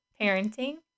parenting